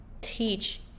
teach